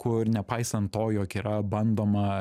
kur nepaisant to jog yra bandoma